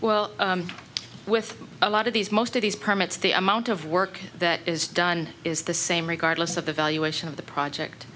well with a lot of these most of these permits the amount of work that is done is the same regardless of the valuation of the project